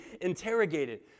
interrogated